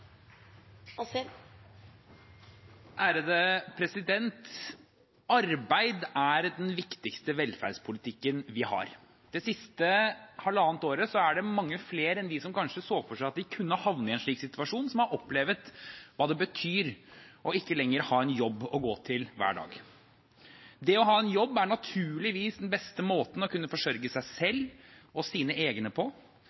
den viktigste velferdspolitikken vi har. Det siste halvannet året er det mange flere enn de som kanskje så for seg at de kunne havne i en slik situasjon, som har opplevd hva det betyr ikke lenger å ha en jobb å gå til hver dag. Det å ha en jobb er naturligvis den beste måten å kunne forsørge seg